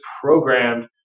programmed